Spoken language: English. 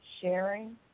sharing